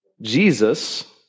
Jesus